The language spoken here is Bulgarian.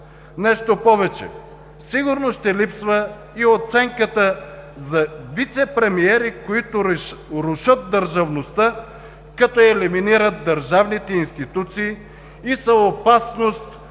Нещо повече – сигурно ще липсва и оценката за вицепремиери, които рушат държавността като елиминират държавните институции и са опасност